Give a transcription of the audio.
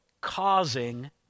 causing